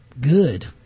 Good